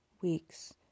weeks